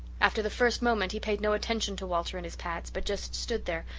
after the first moment, he paid no attention to walter and his pats, but just stood there,